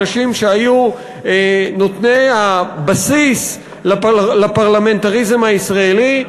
אנשים שהיו נותני הבסיס לפרלמנטריזם הישראלי,